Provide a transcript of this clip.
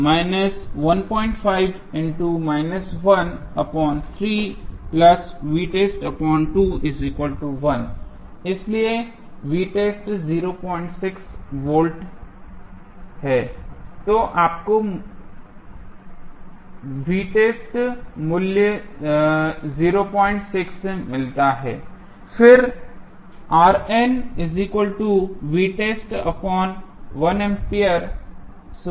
इसलिये तो आपको मूल्य मिलता है